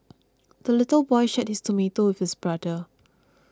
the little boy shared his tomato with his brother